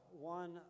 one